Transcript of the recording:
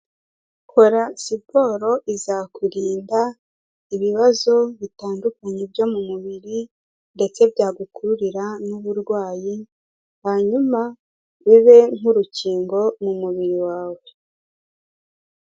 Kora siporo izakurinda ibibazo bitandukanye byo mu mubiri ndetse byagukururira n'uburwayi, hanyuma bibe nk'urukingo mu mubiri wawe.